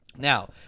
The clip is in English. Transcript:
Now